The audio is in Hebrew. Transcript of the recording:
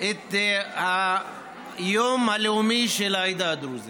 את היום הלאומי של העדה הדרוזית.